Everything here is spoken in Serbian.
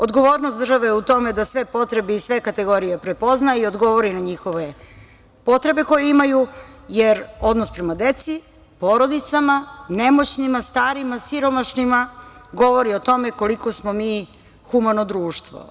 Odgovornost države je u tome da sve potrebe i sve kategorije prepozna i odgovori na njihove potrebe koje imaju, jer odnos prema deci, porodicama, nemoćnima, starima, siromašnima govori o tome koliko smo mi humano društvo.